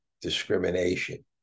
discrimination